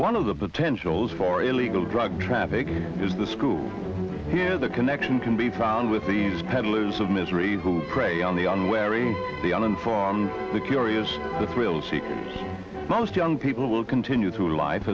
one of the potentials for illegal drug trafficking is the school here the connection can be found with these peddlers of misery who prey on the unwary the uninformed the curious the thrill seeking most young people will continue to li